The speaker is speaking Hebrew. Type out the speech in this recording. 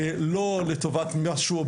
לא לטובת משהו,